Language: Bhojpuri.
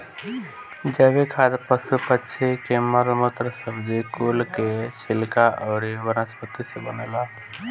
जैविक खाद पशु पक्षी के मल मूत्र, सब्जी कुल के छिलका अउरी वनस्पति से बनेला